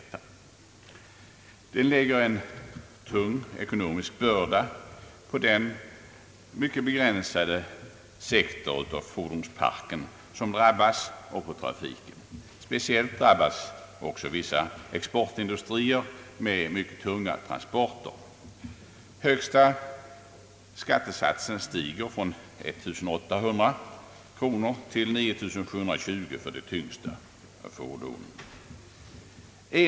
Beskattningsförslaget lägger en tung ekonomisk börda på den mycket begränsade sektor av fordonsparken som drabbas och på trafiken. Speciellt drabbas vissa exportindustrier med mycket tunga transporter. Den högsta skattesatsen stiger från 1 800 till 9720 kronor för de tyngsta fordonen.